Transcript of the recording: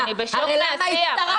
תקשיב, אני בשוק מהשיח.